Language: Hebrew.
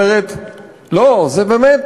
בבקשה.